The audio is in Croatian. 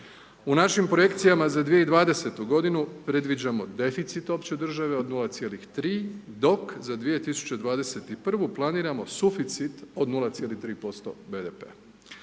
U našim projekcijama za 2020.-tu godinu predviđamo deficit opće države od 0,3, dok za 2021.-vu planiramo suficit od 0,3% BDP-a.